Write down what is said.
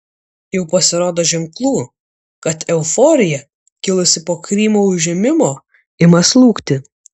jau pasirodo ženklų kad euforija kilusi po krymo užėmimo ima slūgti